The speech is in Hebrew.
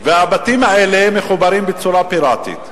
והבתים האלה מחוברים בצורה פיראטית.